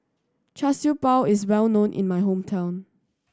Char Siew Bao is well known in my hometown